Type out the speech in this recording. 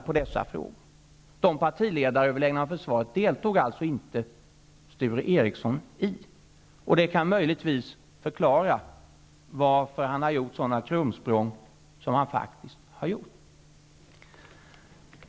I dessa partiledaröverläggningar om försvaret deltog alltså inte Sture Ericson. Detta kan möjligtvis förklara varför han gjort sådana krumsprång som han faktiskt gjort.